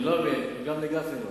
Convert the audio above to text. אני לא מבין, גם לגפני לא.